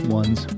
ones